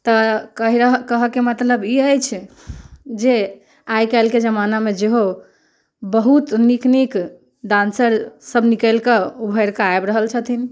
तऽ कहि रहऽ कहऽके मतलब ई अछि जे आइ काल्हिके जमानामे जेहो बहुत नीक नीक डान्सर सभ निकलि कऽ उभरिकऽ आबि रहल छथिन